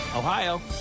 Ohio